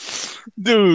Dude